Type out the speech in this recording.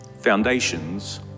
Foundations